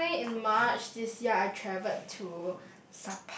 recently in March this year I traveled to